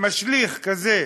משליך כזה,